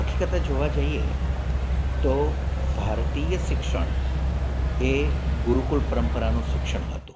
હકીકતે જોવા જઈએ તો ભારતીય શિક્ષણ એ ગુરુકુળ પરંપરાનું શિક્ષણ હતું